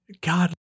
God